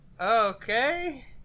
okay